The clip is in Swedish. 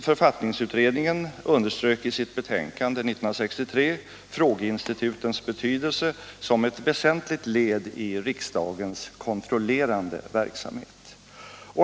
Författningsutredningen t.ex. underströk i sitt betänkande 1963 frågeinstitutens betydelse som ett väsentligt led i riksdagens kon = Nr 132 trollerande verksamhet.